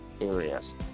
areas